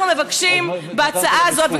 אנחנו מבקשים בהצעה הזאת,